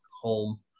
home